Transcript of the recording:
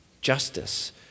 Justice